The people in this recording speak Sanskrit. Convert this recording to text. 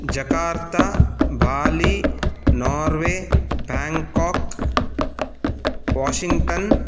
Jakarta Bali Norway Bangkok Washington